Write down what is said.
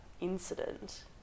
incident